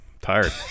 tired